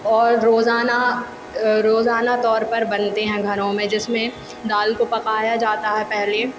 और रोजाना रोजाना तौर पर बनते हैं घरों में जिसमें दाल को पकाया जाता है पहले